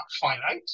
finite